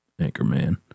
Anchorman